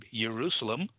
Jerusalem